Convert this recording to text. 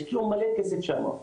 יש מלא כסף שם,